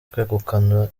kwegukana